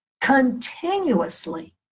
continuously